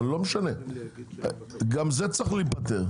אבל לא משנה, גם זה צריך להיפתר.